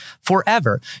forever